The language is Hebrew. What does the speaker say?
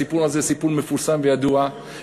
הסיפור הזה סיפור מפורסם וידוע,